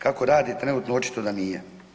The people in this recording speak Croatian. Kako radi trenutno, očito da nije.